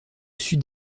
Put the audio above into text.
sud